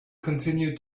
continued